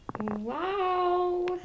Wow